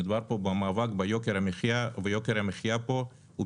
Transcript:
מדובר פה במאבק ביוקר המחיה ויוקר המחיה פה הוא